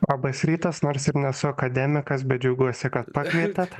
labas rytas nors ir nesu akademikas bet džiaugiuosi kad pakvietėt